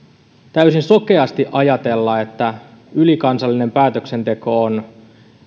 täysin sokeasti ajatella että ylikansallinen päätöksenteko on